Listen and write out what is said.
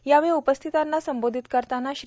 यावेळी उपस्थितांना संबोधित करताना श्री